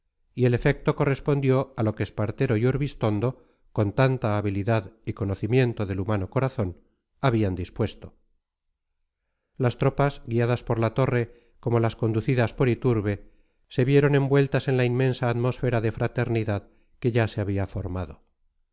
y el efecto correspondió a lo que espartero y urbistondo con tanta habilidad y conocimiento del humano corazón habían dispuesto las tropas guiadas por la torre como las conducidas por iturbe se vieron envueltas en la inmensa atmósfera de fraternidad que ya se había formado